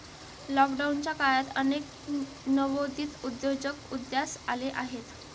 लॉकडाऊनच्या काळात अनेक नवोदित उद्योजक उदयास आले आहेत